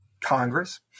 Congress